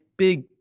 Big